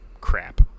crap